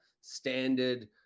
standard